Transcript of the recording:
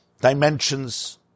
dimensions